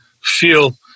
feel